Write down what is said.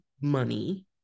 money